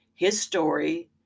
hisstory